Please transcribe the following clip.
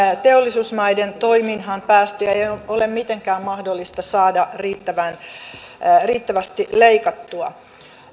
teollisuusmaiden toiminhan päästöjä ei ole mitenkään mahdollista saada riittävästi leikattua